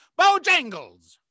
Bojangles